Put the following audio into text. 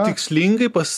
tikslingai pas